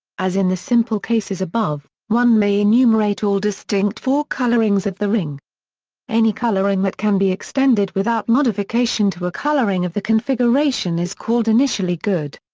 as in the simple cases above, one may enumerate all distinct four-colorings of the ring any coloring that can be extended without modification to a coloring of the configuration is called initially good.